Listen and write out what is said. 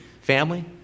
Family